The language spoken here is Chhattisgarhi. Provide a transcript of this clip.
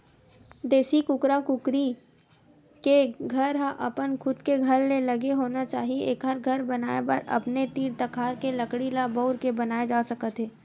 देसी कुकरा कुकरी के घर ह अपन खुद के घर ले लगे होना चाही एखर घर बनाए बर अपने तीर तखार के लकड़ी ल बउर के बनाए जा सकत हे